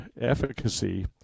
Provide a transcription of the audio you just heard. efficacy